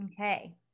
Okay